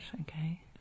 Okay